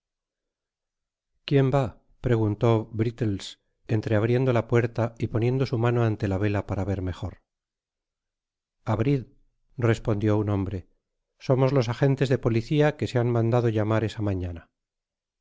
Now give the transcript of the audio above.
uien vá preguntó brittles entreabriendo la puer ta y poniendo su mano ante la vela para ver mejor ú abrid respondió un hombre somos los ff agentes de policia que se han mandado llamar esa mañana